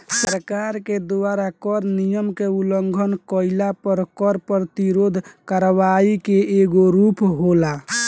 सरकार के द्वारा कर नियम के उलंघन कईला पर कर प्रतिरोध करवाई के एगो रूप होला